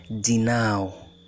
Denial